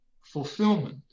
fulfillment